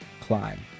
climb